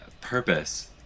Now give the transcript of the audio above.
purpose